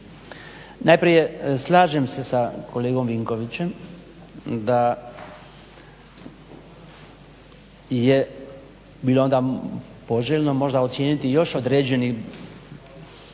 Najprije slažem se sa kolegom Vinkovićem da je bilo onda poželjno možda ocijeniti još određeni